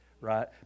right